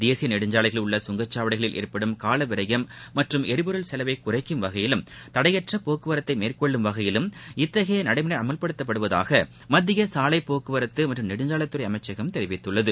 தேசிய நெடுஞ்சாலைகளில் உள்ள கங்கச்சாவடிகளில் ஏற்படும் காலவிரையம் மற்றும் எரிபொருள் செலவை குறைக்கும் வகையிலும் தடையற்ற போக்குவரத்தை மேற்கொள்ளும் வகையிலும் இத்தகைய நடைமுறை அமல்படுத்தப்படுவதாக மத்திய சாலை போக்குவரத்து மற்றும் நெடுஞ்சாலைத்துறை அமம்சகம் தெரிவித்துள்ளது